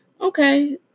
Okay